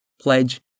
pledge